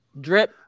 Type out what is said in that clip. Drip